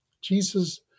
Jesus